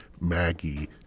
Maggie